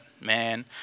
man